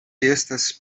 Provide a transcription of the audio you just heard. estas